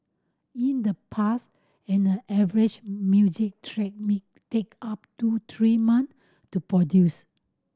in the past an average music track might take up to three months to produce